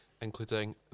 Including